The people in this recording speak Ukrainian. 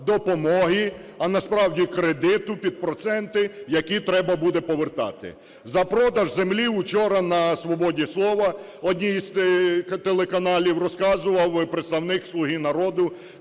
допомоги, а насправді кредиту під проценти, які треба буде повертати. За продаж землі вчора на "Свободі слова" на одному із телеканалів розказував представник "Слуги народу",